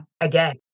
again